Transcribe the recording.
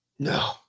No